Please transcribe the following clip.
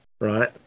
right